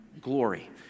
glory